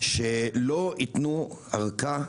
שלא יתנו ארכה,